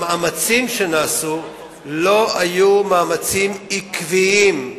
המאמצים שנעשו לא היו מאמצים עקביים,